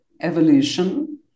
evolution